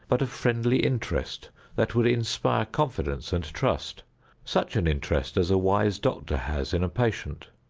but of friendly interest that would inspire confidence and trust such an interest as a wise doctor has in a patient.